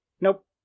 nope